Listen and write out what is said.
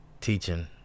teaching